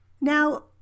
Now